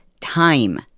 time